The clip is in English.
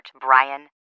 Brian